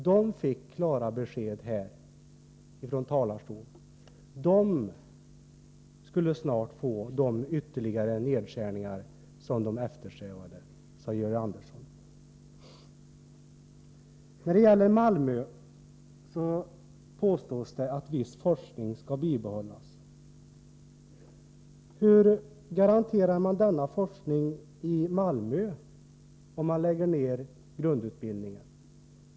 De fick klara besked här i talarstolen. De skulle snart få de ytterligare nedskärningar som de eftersträvade. När det gäller Malmö påstås det att viss forskning skall bibehållas. Hur garanterar man denna forskning i Malmö, om man lägger ned grundutbildningen?